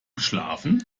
geschlafen